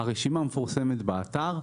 הרשימה מפורסמת באתר.